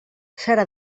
serà